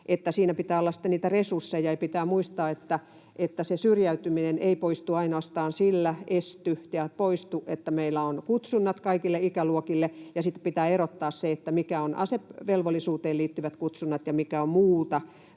niitä resursseja, ja pitää muistaa, että se syrjäytyminen ei esty ja poistu ainoastaan sillä, että meillä on kutsunnat kaikille ikäluokille, ja sitten pitää erottaa se, mitkä ovat asevelvollisuuteen liittyvät kutsunnat ja mikä on muuta